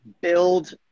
build